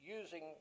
using